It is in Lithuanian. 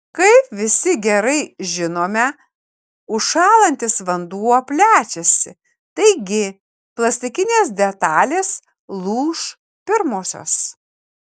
kaip visi gerai žinome užšąlantis vanduo plečiasi taigi plastikinės detalės lūš pirmosios